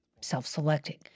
self-selecting